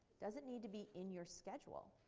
doesn't need to be in your schedule.